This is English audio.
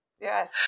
yes